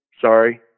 Sorry